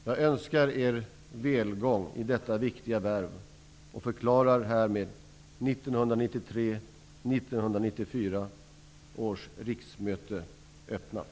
Jag önskar er välgång i detta viktiga värv och förklarar härmed 1993/94 års riksmöte öppnat.